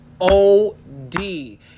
O-D